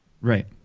Right